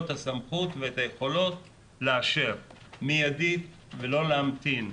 את הסמכות ואת היכולות לאשר מיידית ולא להמתין.